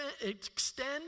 extend